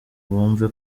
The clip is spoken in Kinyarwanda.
bumve